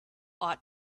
ought